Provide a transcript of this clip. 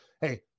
hey